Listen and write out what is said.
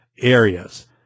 areas